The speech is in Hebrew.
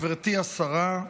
גברתי השרה,